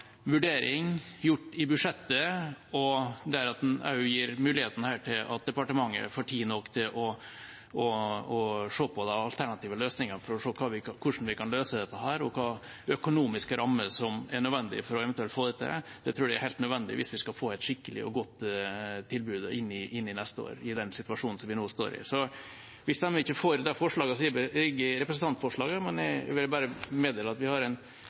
budsjettet, slik at departementet får mulighet og tid nok til å se på alternative løsninger for hvordan vi kan løse dette, og hvilke økonomiske rammer som er nødvendige for å få det til, tror jeg er helt nødvendig hvis vi skal få et skikkelig og godt tilbud til neste år med tanke på den situasjonen vi nå står i. Vi stemmer ikke for forslagene i denne saken, men jeg ville bare meddele at vi har en